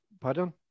Pardon